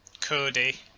Cody